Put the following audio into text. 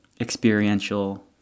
experiential